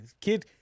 Kid